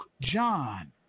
John